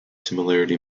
similarity